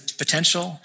potential